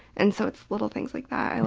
and so it's little things like that.